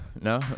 no